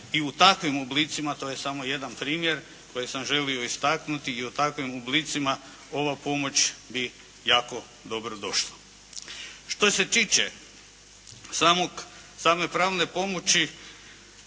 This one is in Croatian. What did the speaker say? i u takvim oblicima to je samo jedan primjer kojeg sam želio istaknuti i u takvim oblicima ova pomoć bi jako dobro došla. Što se tiče same pravne pomoći